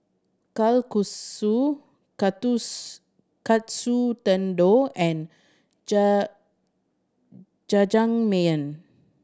Kalguksu Katsu Tendon and Jajangmyeon